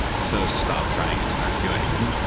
so stop trying and start doing.